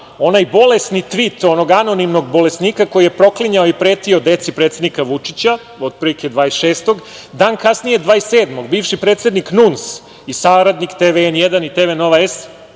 onaj bolesni tvit, onog anonimnog bolesnika koji je proklinjao i pretio deci predsednika Vučića, otprilike 26-og. Dan kasnije, 27-og, bivši predsednik NUNS, saradnik televizije N1 i